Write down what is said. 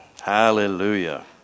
Hallelujah